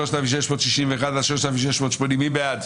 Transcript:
רוויזיה על הסתייגויות 3600-3581, מי בעד?